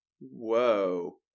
Whoa